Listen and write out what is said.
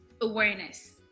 Awareness